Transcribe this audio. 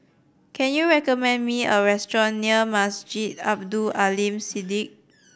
can you recommend me a restaurant near Masjid Abdul Aleem Siddique